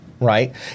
Right